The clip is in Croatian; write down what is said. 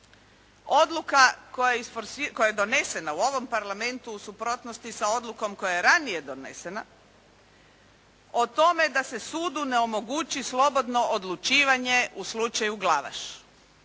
Odluka koja je donesena u ovom Parlamentu u suprotnosti sa odlukom koja je ranije donesena, o tome da se sudu ne omogući slobodno odlučivanje u slučaju Glavaš.